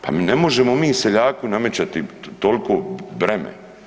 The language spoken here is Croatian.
Pa ne možemo mi seljaku namećati toliko breme.